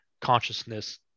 consciousness